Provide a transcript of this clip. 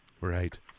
Right